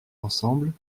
ensemble